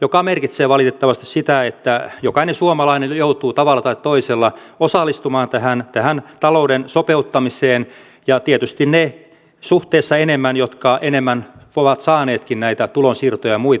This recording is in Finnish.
se merkitsee valitettavasti sitä että jokainen suomalainen joutuu tavalla tai toisella osallistumaan tähän talouden sopeuttamiseen ja tietysti ne suhteessa enemmän jotka enemmän ovat saaneetkin näitä tulonsiirtoja ja muita